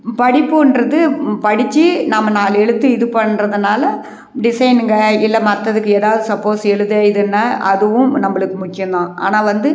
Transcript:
படிப்புன்றது படித்து நம்ம நாலு எழுத்து இது பண்ணுறதனால டிசைனுங்க இல்லை மற்றதுக்கு ஏதாவது சப்போஸ் எழுத இதுன்னா அதுவும் நம்மளுக்கு முக்கியம் தான் ஆனால் வந்து